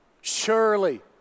surely